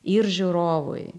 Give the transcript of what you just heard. ir žiūrovui